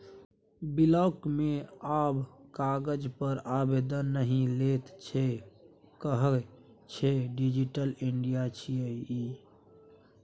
block मे आब कागज पर आवेदन नहि लैत छै कहय छै डिजिटल इंडिया छियै ई